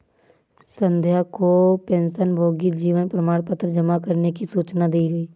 संध्या को पेंशनभोगी जीवन प्रमाण पत्र जमा करने की सूचना दी गई